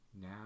now